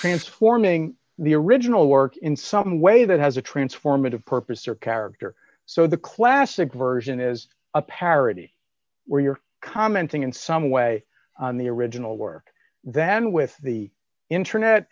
transforming the original work in some way that has a transformative purpose or character so the classic version is a parody where you're commenting in some way on the original work than with the